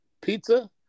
pizza